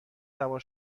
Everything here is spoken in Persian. سوار